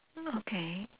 okay